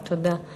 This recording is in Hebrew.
תודה.